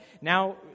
now